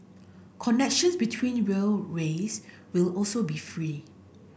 connection between rail ways will also be free